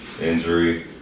injury